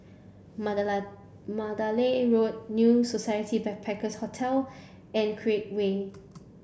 Mandala Mandalay Road New Society Backpackers Hotel and Create Way